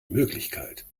möglichkeit